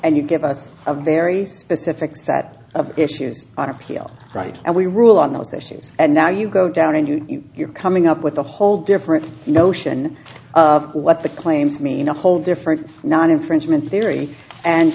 and you give us a very specific set of issues on a right and we rule on those issues and now you go down and you're coming up with a whole different notion of what the claims mean a whole different non infringement theory and